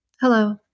Hello